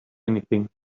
anything